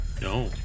No